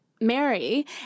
Mary